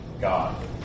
God